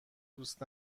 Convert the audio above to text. دوست